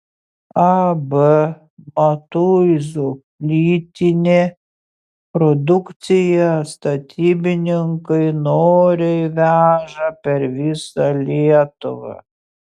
ab matuizų plytinė produkciją statybininkai noriai veža per visą lietuvą